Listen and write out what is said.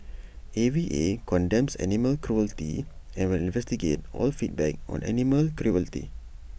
A V A condemns animal cruelty and will investigate all feedback on animal cruelty